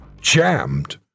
jammed